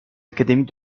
académies